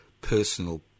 personal